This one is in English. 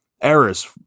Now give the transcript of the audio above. errors